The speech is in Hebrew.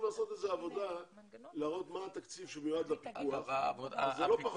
לעשות עבודה להראות מה התקציב שמיועד לפיקוח וזה לא פחות חשוב.